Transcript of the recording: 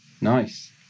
Nice